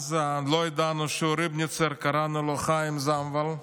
אז לא ידענו שהוא ריבניצער, קראנו לו חיים זנוויל,